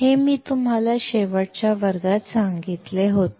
हे मी तुम्हाला शेवटच्या वर्गात सांगितले होते